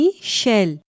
shell